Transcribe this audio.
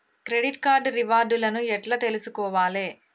Credit card reward లను ఎట్ల తెలుసుకోవాలే?